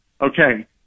Okay